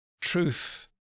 truth